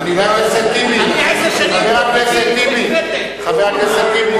חבר הכנסת טיבי, חבר הכנסת טיבי,